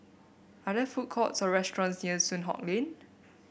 are there food courts or restaurants near Soon Hock Lane